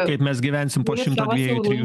kaip mes gyvensime po šimto dviejų trijų